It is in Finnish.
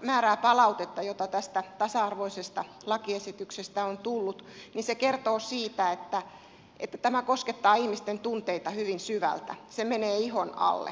määrää palautetta jota tästä tasa arvoisesta lakiesityksestä on tullut se kertoo siitä että tämä koskettaa ihmisten tunteita hyvin syvältä se menee ihon alle